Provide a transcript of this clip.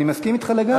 אני מסכים אתך לגמרי.